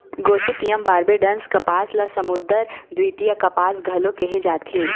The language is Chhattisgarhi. गोसिपीयम बारबेडॅन्स कपास ल समुद्दर द्वितीय कपास घलो केहे जाथे